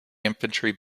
infantry